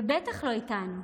ובטח לא איתנו.